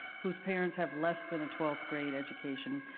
whose parents have less than a twelfth grade education,